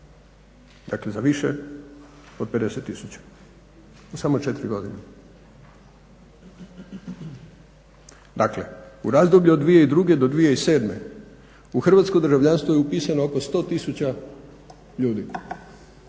Dakle, za više od 50 tisuća u samo 4 godine. Dakle, u razdoblju od 2002. do 2007. u hrvatsko državljanstvo je upisano oko 100 tisuća ljudi.